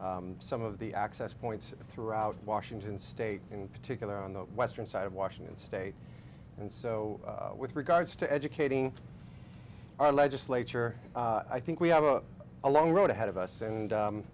some of the access points throughout washington state in particular on the western side of washington state and so with regards to educating our legislature i think we have a a long road ahead of us and